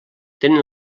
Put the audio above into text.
tenen